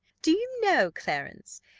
do you know, clarence,